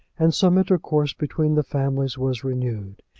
and some intercourse between the families was renewed.